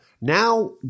Now